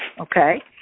okay